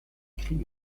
crieu